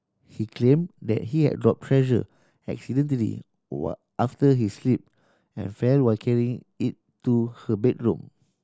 he claimed that he had dropped Treasure accidentally after he slipped and fell while carrying it to her bedroom